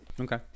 Okay